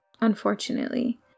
unfortunately